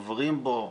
עוברים בו,